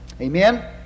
Amen